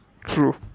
True